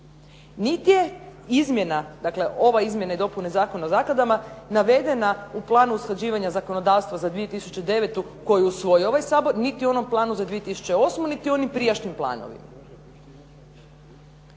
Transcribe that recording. Nit je izmjena, dakle ove izmjene i dopune Zakona o zakladama navedena u planu usklađivanja zakonodavstva za 2009. koju usvoji ovaj Sabor, niti u onom planu za 2008., niti u onim prijašnjim planovima.